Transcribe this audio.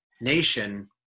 nation